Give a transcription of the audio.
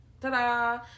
ta-da